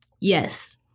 Yes